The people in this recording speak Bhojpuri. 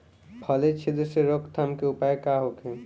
फली छिद्र से रोकथाम के उपाय का होखे?